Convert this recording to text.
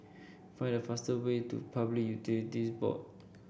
find the fastest way to Public Utilities Board